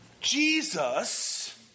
Jesus